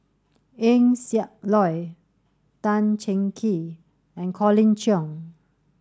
Eng Siak Loy Tan Cheng Kee and Colin Cheong